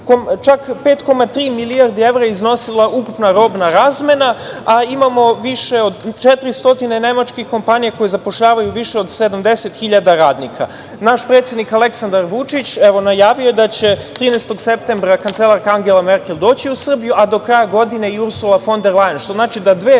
čak 5,3 milijardi evra je iznosila ukupna robna razmena, a imamo više od 400 nemačkih kompanija koje zapošljavaju više od 70.000 radnika. Naš predsednik, Aleksandar Vučić, evo najavio je da će 13. septembra, kancelarka Angela Merkel doći u Srbiju, a do kraja godine i Ursula fon der Lajen, što znači da će